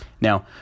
Now